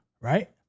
right